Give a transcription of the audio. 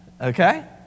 Okay